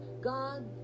God